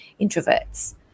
introverts